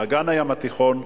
לאגן הים התיכון,